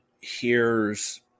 hears